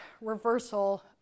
reversal